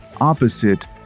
opposite